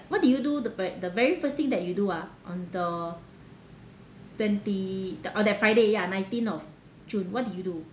what did you do the ve~ the very first thing that you do ah on the twenty the on that friday ya nineteen of june what did you do